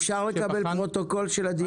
אפשר לקבל פרוטוקול של הדיון?